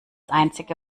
einzige